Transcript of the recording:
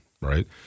Right